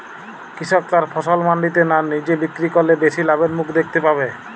কৃষক তার ফসল মান্ডিতে না নিজে বিক্রি করলে বেশি লাভের মুখ দেখতে পাবে?